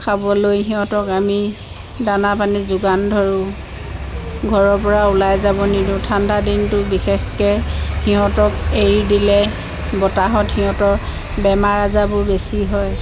খাবলৈ সিহঁতক আমি দানা পানী যোগান ধৰোঁ ঘৰৰ পৰা ওলাই যাব নিদিও ঠাণ্ডা দিনটো বিশেষকৈ সিহঁতক এৰি দিলে বতাহত সিহঁতৰ বেমাৰ আজাবোৰ বেছি হয়